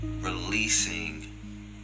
releasing